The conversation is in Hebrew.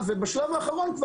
ובשלב האחרון,